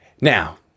Now